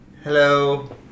Hello